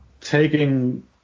taking